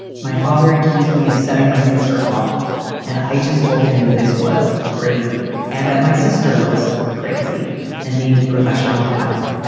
my father accused me of setting my sister off and i just told him this was crazy and that my sister was crazy and needed professional help.